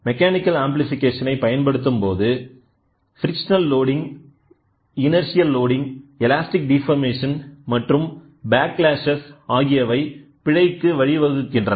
mechanical amplification ஐ பயன்படுத்தும்போதுஃப்ரிக்ஷ்னல் loading inertial loading elastic deformation மற்றும் ப்ளாக்ளாஷ் ஆகியவை பிழைக்கு வழிவகுக்கின்றன